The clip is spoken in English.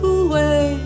away